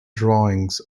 drawings